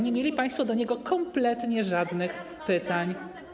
Nie mieli państwo do niego kompletnie żadnych pytań.